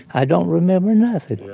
i don't remember nothing.